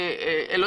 כאן